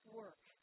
work